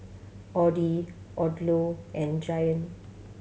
Audi Odlo and Giant